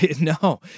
No